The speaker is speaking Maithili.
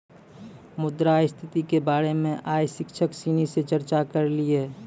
मुद्रा स्थिति के बारे मे आइ शिक्षक सिनी से चर्चा करलिए